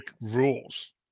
rules